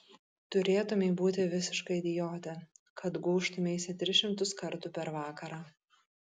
turėtumei būti visiška idiote kad gūžtumeisi tris šimtus kartų per vakarą